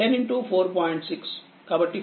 6 కాబట్టి 42